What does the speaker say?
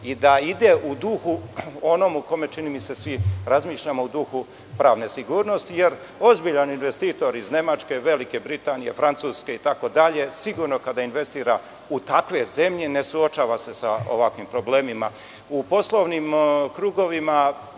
i da ide u duhu u kome čini mi se svi razmišljamo, u duhu pravne sigurnosti. Jer, ozbiljan investitor iz Nemačke, Velike Britanije, Francuske itd, kada investira u takve zemlje, sigurno se ne suočava sa ovakvim problemima. U poslovnim krugovima